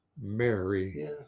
Mary